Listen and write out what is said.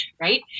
right